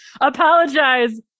Apologize